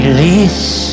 Release